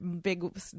big